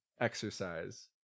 exercise